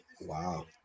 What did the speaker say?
wow